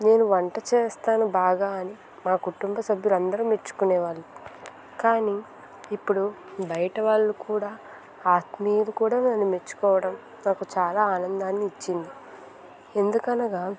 నేను వంట చేస్తాను బాగా అని మా కుటుంబ సభ్యులందరూ మెచ్చుకునే వాళ్ళు కానీ ఇప్పుడు బయట వాళ్ళు కూడా ఆత్మీయులు కూడా నన్ను మెచ్చుకోవడం నాకు చాలా ఆనందాన్ని ఇచ్చింది ఎందుకనగా